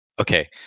okay